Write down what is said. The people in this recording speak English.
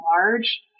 large